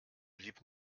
blieb